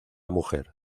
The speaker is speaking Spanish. mujer